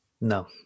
No